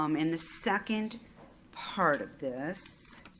um and the second part of this,